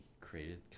created